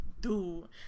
dude